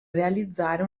realizzare